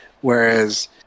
whereas